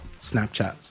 Snapchats